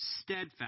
steadfast